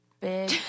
big